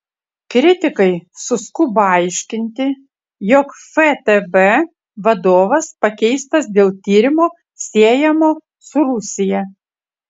kritikai suskubo aiškinti jog ftb vadovas pakeistas dėl tyrimo siejamo su rusija